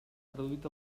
traduït